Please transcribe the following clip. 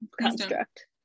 construct